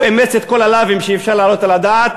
הוא אימץ את כל הלאווים שאפשר להעלות את הדעת,